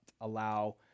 allow